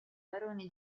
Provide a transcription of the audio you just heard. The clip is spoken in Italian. barone